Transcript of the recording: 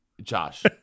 Josh